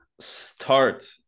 start